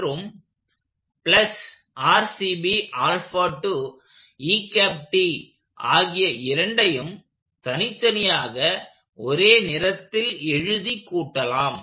மற்றும் ஆகிய இரண்டையும் தனித்தனியாக ஒரே நிறத்தில் எழுதி கூட்டலாம்